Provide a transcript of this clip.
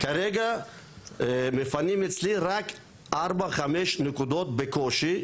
כרגע מפנים אצלי רק ארבע חמש נקודות בקושי.